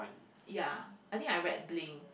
ya I think I read Blink